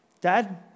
Dad